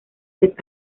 vez